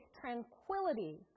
tranquility